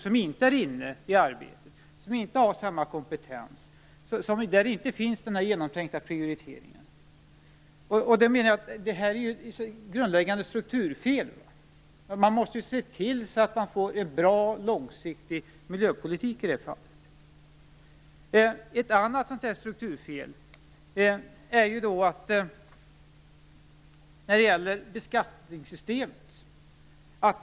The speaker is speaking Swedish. Man är inte inne i arbetet, man har inte samma kompetens, och det finns inte den här genomtänkta prioriteringen. Det här är, menar jag, ett grundläggande strukturfel. Man måste se till att man får en bra, långsiktigt miljöpolitik. Ett annat strukturfel gäller beskattningssystemet.